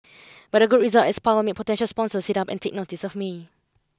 but a good result at Spa will make potential sponsors sit up and take notice of me